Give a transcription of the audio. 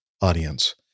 audience